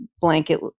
blanket